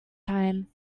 time